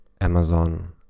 Amazon